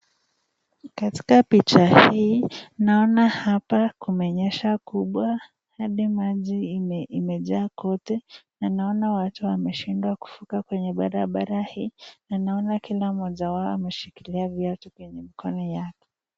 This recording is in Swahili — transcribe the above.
katika picha hii naona hapa kumenyesha kubwa, hadi maji imejaa kote naninaona watu wameshindwa kuvuka kwenye barabara hii, na ninaona kila moja ameshikilia viatu kwenye mikono yake.